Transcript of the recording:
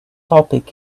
topic